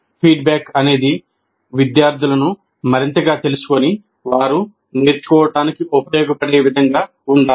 feedback అనేది విద్యార్థులను మరింతగా తెలుసుకొని వారు నేర్చుకోటానికి ఉపయోగపడే విధంగా ఉండాలి